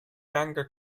younger